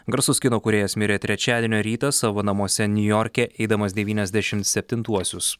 garsus kino kūrėjas mirė trečiadienio rytą savo namuose niujorke eidamas devyniasdešim septintuosius